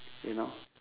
you know